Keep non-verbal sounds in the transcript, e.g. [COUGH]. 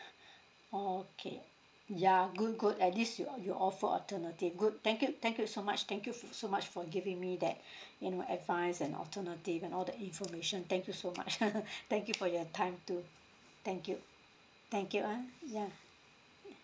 [BREATH] okay yeah good good at least you you offer alternative good thank you thank you so much thank you so much for giving me that [BREATH] you know advice and alternative and all the information thank you so much [LAUGHS] ) thank you for your time too thank you thank you ah yeah